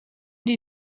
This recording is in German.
die